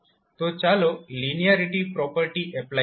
તો ચાલો linearity property apply કરીએ